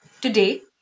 Today